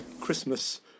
Christmas